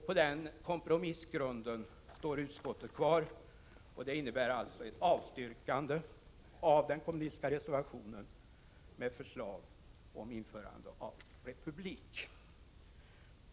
På den kompromissgrunden står utskottet kvar. Det innebär ett avstyrkande av det kommunistiska förslaget om införande av republik.